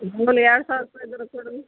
ನಂಗೊಂದು ಎರಡು ಸಾವಿರ ರೂಪಾಯ್ದಾರೂ ಕೊಡಿರಿ